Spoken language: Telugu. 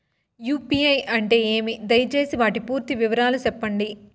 యు.పి.ఐ అంటే ఏమి? దయసేసి వాటి పూర్తి వివరాలు సెప్పండి?